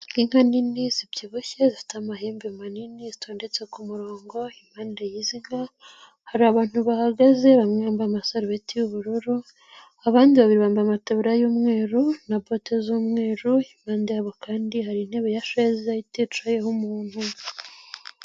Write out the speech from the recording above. Inka nini zibyibushye, zifite amahembe manini, zitondetse ku murongo, impande y'izi nka hari abantu bahagaze bamwe bambaye amasarubeti y'ubururu, abandi babiri bambaye amataburiya y'umweru na bote z'umweru, impande yabo kandi hari intebe ya sheze itecayeho umuntu.